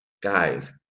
Guys